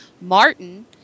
Martin